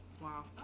Wow